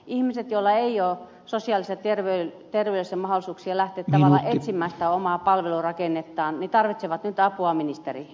ihmiset joilla ei ole sosiaalisia ja terveydellisiä mahdollisuuksia lähteä tavallaan etsimään sitä omaa palvelurakennettaan tarvitsevat nyt apua ministeri